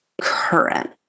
current